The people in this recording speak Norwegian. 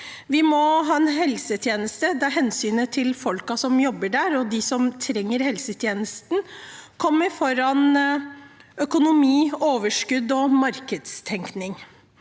Vi må ha en helsetjeneste der hensynet til folkene som jobber der, og til dem som trenger helsetjenesten, kommer foran økonomi, overskudd og markedstenkning.